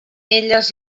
elles